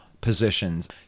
positions